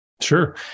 Sure